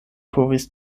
povis